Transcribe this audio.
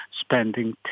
spending